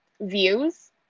views